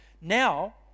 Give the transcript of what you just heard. Now